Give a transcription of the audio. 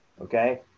Okay